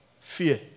fear